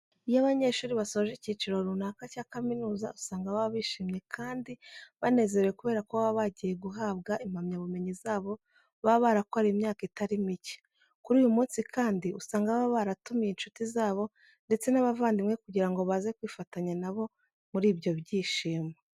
Iyo abanyeshuri basoje icyiciro runaka cya kaminuza usanga baba bishimye kandi banezerewe kubera ko baba bagiye guhabwa impamyabumenyi zabo baba barakoreye imyaka itari mike. Kuri uyu munsi kandi, usanga baba baratumiye inshuti zabo ndetse n'abavandimwe kugira ngo baze kwifatanya na bo muri ibyo byishimo.